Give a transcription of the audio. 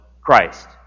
Christ